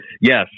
Yes